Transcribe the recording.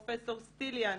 פרופ' סטיליאן,